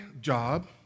job